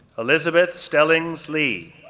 elizabeth stellings lee,